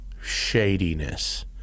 shadiness